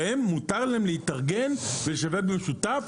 שמותר להם להתארגן ולשווק במשותף.